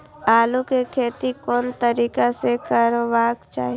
आलु के खेती कोन तरीका से करबाक चाही?